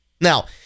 Now